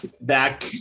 back